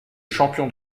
champion